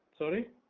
Sorry